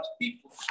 people